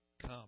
Come